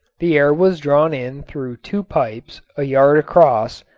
the air was drawn in through two pipes, a yard across,